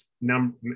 number